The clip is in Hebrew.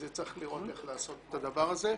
צריך לראות איך לעשות את הדבר הזה.